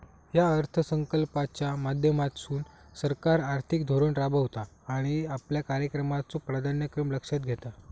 या अर्थसंकल्पाच्या माध्यमातसून सरकार आर्थिक धोरण राबवता आणि आपल्या कार्यक्रमाचो प्राधान्यक्रम लक्षात घेता